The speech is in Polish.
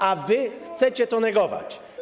A wy chcecie to negować.